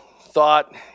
thought